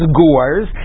gores